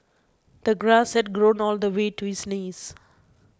the grass had grown all the way to his knees